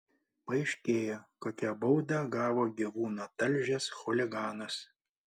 paaiškėjo kokią baudą gavo gyvūną talžęs chuliganas